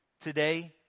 Today